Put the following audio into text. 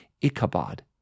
Ichabod